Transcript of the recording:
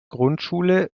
grundschule